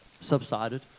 subsided